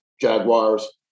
Jaguars